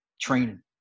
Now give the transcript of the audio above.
training